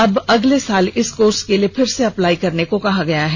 अब अगले साल इस कोर्स के लिए फिर से अप्लाई करने को कहा गया है